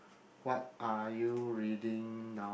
what are you reading now